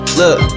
look